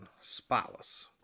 spotless